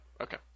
Okay